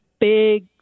big